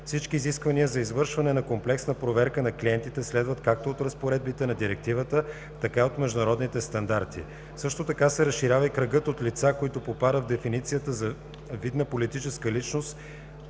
Всички изисквания за извършване на комплексна проверка на клиентите следват както от разпоредбите на Директивата, така и от международните стандарти. Също така се разширява и кръгът от лица, които попадат в дефиницията за видна политическа личност,